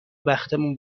بختمون